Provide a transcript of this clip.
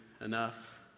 enough